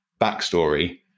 backstory